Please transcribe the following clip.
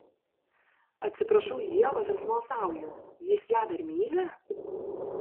atsiprašau ievos ir smalsauju jis ją dar myli